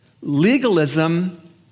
legalism